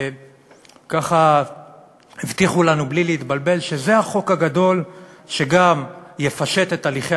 וככה הבטיחו לנו בלי להתבלבל שזה החוק הגדול שגם יפשט את הליכי